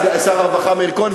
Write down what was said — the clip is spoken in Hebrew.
שר הרווחה מאיר כהן,